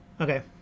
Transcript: okay